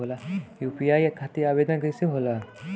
UPI खातिर आवेदन कैसे होला?